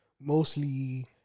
mostly